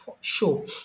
show